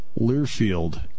Learfield